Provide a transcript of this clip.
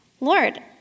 Lord